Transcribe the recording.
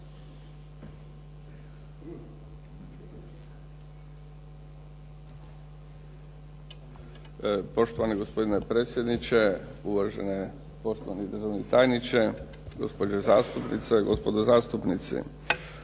Poštovani gospodine predsjedniče, uvažene poštovani državni tajniče, gospođo zastupnice, gospodo zastupnici.